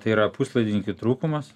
tai yra puslaidininkių trūkumas